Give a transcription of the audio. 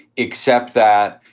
except that,